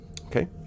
Okay